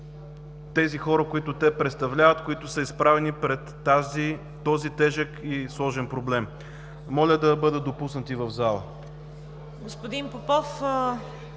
и хората, които представляват, които са изправени пред този тежък и сложен проблем. Моля да бъдат допуснати в залата.